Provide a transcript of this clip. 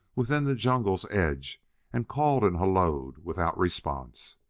within the jungle's edge and called and hallooed without response.